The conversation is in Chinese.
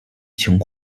情况